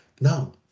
Now